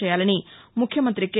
చేయాలని ముఖ్యమంతి కె